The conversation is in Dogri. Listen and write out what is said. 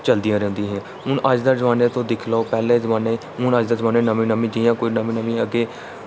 चलदियां रैह्दियां हियां हून अज्ज दे जमाने तुस दिक्खी लाओ पैह्ले जमाने हून अज्ज दे जमाने नमें नमें जि'यां कोई नमीं नमीं अग्गें